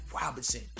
Robinson